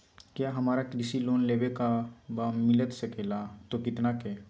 क्या हमारा कृषि लोन लेवे का बा मिलता सके ला तो कितना के?